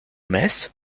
mess